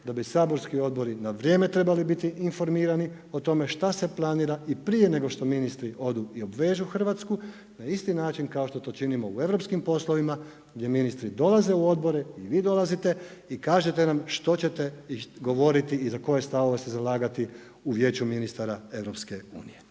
da bi saborski odbori na vrijeme trebali biti informirani o tome šta se planira i prije nego što ministri odu i obvežu Hrvatsku na isti način kao što to činimo u europskim poslovima gdje ministri dolaze u odbore i vi dolazite i kažete nam što ćete govoriti i za koje stavove se zalagati u Vijeću ministara EU. Taj